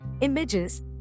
images